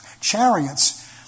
chariots